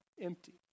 empty